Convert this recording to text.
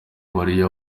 mariya